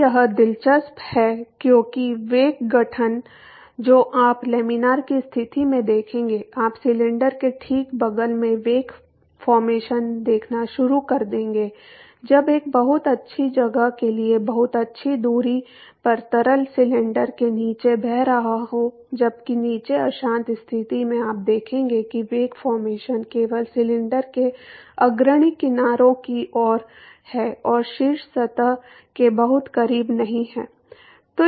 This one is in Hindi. तो यह दिलचस्प है क्योंकि वेक गठन जो आप लैमिनार की स्थिति में देखेंगे आप सिलेंडर के ठीक बगल में वेक फॉर्मेशन देखना शुरू कर देंगे जब एक बहुत अच्छी जगह के लिए बहुत अच्छी दूरी पर तरल सिलेंडर के नीचे बह रहा हो जबकि नीचे अशांत स्थिति में आप देखेंगे कि वेक फॉर्मेशन केवल सिलेंडर के अग्रणी किनारे की ओर है और शीर्ष सतह के बहुत करीब नहीं है